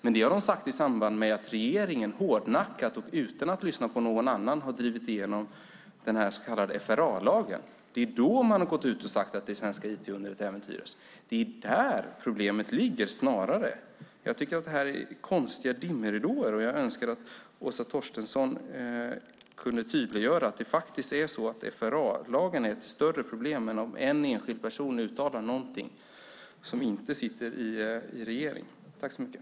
Men det har de sagt i samband med att regeringen hårdnackat och utan att lyssna på någon annan har drivit igenom den så kallade FRA-lagen. Det är då som man har gått ut och sagt att det svenska IT-undret äventyras. Det är snarare där som problemet ligger. Jag tycker att detta är konstiga dimridåer, och jag önskar att Åsa Torstensson kunde tydliggöra att det faktiskt är så att FRA-lagen är ett större problem än om en enskild person som inte sitter i regeringen uttalar någonting.